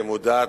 מודעת,